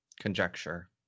conjecture